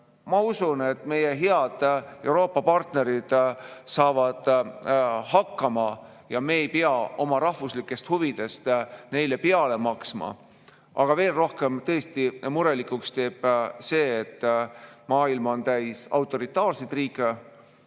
Ma usun, et meie head Euroopa partnerid saavad hakkama ja me ei pea oma rahvuslikest huvidest neile peale maksma. Aga veel rohkem, tõesti, murelikuks teeb see, et maailm on täis autoritaarseid riike,